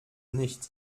nicht